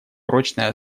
прочной